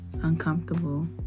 uncomfortable